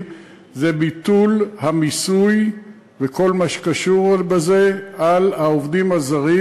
זה ביטול המיסוי וכל מה שקשור בזה על העובדים הזרים,